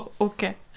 Okay